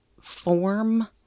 form